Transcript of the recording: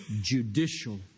judicial